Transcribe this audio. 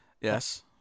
Yes